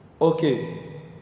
Okay